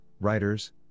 writers